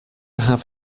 have